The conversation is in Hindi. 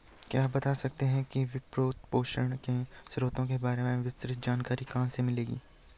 क्या आप बता सकते है कि वित्तपोषण के स्रोतों के बारे में विस्तृत जानकारी कहाँ से मिलेगी?